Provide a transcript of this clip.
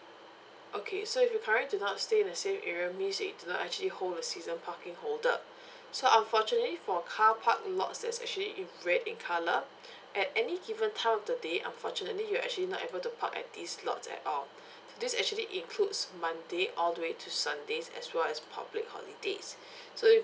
okay so if you're currently do not stay in the same area means that you do not actually hold a season parking holder so unfortunately for car park lot that's actually in red in colour at any given time of the day unfortunately you're actually not able to park at these lots at all so this actually includes monday all the way to sunday as well as public holidays so if